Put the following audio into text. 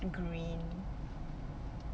green